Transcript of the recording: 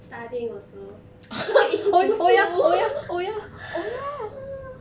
studying also is 读书